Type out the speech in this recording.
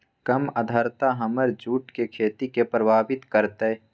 कम आद्रता हमर जुट के खेती के प्रभावित कारतै?